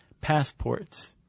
passports